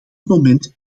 moment